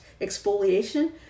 exfoliation